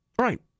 Right